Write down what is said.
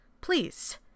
please